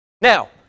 Now